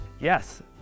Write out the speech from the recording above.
Yes